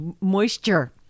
moisture